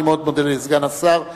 אני מודה לסגן השר,